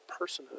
personhood